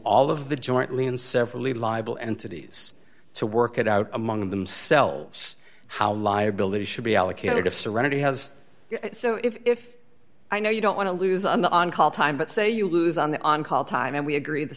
all of the jointly and severally libel entities to work it out among themselves how liability should be allocated of serenity has so if i know you don't want to lose an on call time but say you lose on the on call time and we agree th